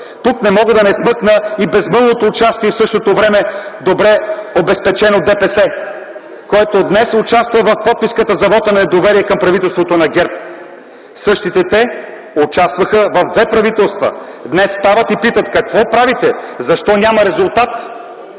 Тук не мога да не вмъкна и безмълвното участие, в същото време добре обезпечено от ДПС, което днес участва в подписката за вота на недоверие към правителството на ГЕРБ. Същите те участваха в две правителства – днес стават и питат: какво правите? Защо няма резултат?